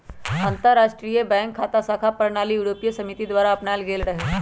अंतरराष्ट्रीय बैंक खता संख्या प्रणाली यूरोपीय समिति द्वारा अपनायल गेल रहै